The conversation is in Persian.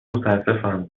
متاسفم